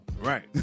right